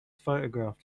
photographed